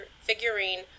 figurine